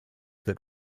that